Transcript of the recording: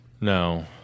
No